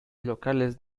locales